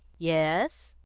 yes?